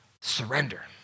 surrender